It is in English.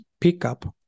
pickup